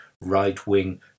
right-wing